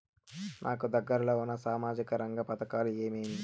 నాకు దగ్గర లో ఉన్న సామాజిక రంగ పథకాలు ఏమేమీ?